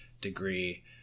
degree